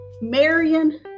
Marion